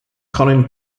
colin